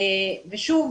ושוב,